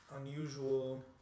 unusual